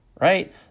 Right